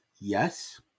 yes